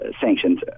Sanctions